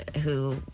who.